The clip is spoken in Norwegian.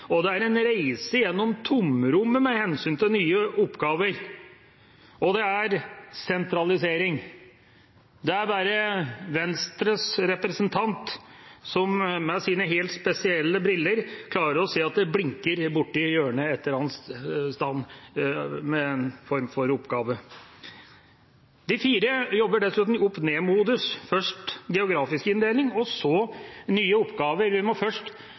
inndelingsmerkverdigheter, det er en reise gjennom tomrommet med hensyn til nye oppgaver, og det er sentralisering. Det er bare Venstres representant, med sine helt spesielle briller, som klarer å se at det blinker borti hjørnet en plass med en eller annen form for oppgave. De fire jobber dessuten i opp–ned-modus – først geografisk inndeling og så nye oppgaver. Vi må først